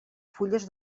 fulles